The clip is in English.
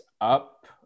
up